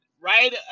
right